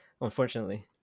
unfortunately